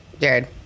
Jared